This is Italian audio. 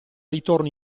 ritorno